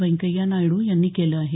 व्यंकय्या नायडू यांनी केलं आहे